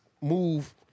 move